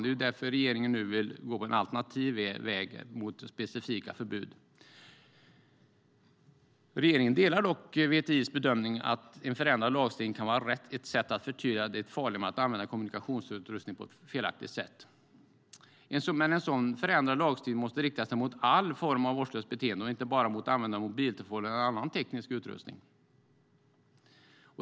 Det är därför regeringen vill gå en alternativ väg i stället för att inrätta specifika förbud. Regeringen delar dock VTI:s bedömning att en förändrad lagstiftning kan vara ett sätt att förtydliga det farliga i att använda kommunikationsutrustning på ett felaktigt sätt. En sådan förändrad lagstiftning måste rikta sig mot all form av vårdslöst beteende och inte bara mot användande av mobiltelefon eller annan teknisk utrustning.